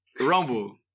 Rumble